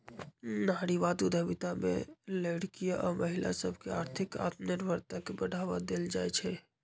नारीवाद उद्यमिता में लइरकि आऽ महिला सभके आर्थिक आत्मनिर्भरता के बढ़वा देल जाइ छइ